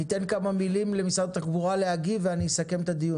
ניתן כמה מילים למשרד התחבורה להגיב ואסכם את הדיון.